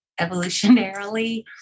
evolutionarily